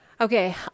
okay